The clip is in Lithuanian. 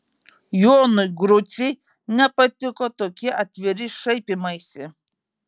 jonui grucei nepatiko tokie atviri šaipymaisi